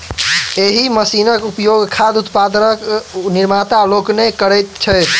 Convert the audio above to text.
एहि मशीनक उपयोग खाद्य उत्पादक निर्माता लोकनि करैत छथि